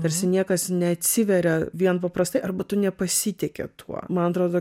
tarsi niekas neatsiveria vien paprastai arba tu nepasitiki tuo man atrodo